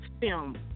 film